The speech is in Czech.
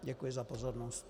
Děkuji za pozornost.